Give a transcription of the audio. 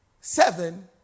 seven